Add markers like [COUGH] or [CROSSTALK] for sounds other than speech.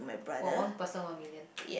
!wah! one person one million [NOISE]